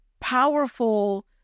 powerful